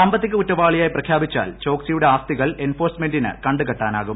സാമ്പത്തിക കുറ്റവാളിയായി പ്രഖ്യാപിച്ചാൽ ചോക്സിയുടെ ആസ്തികൾ എൻഫോഴ്സ്മെന്റിന് കണ്ടു കെട്ടാനാകും